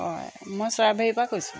হয় মই চৰাইবাহী পৰা কৈছোঁ